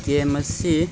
game ꯑꯁꯤ